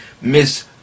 miss